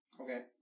Okay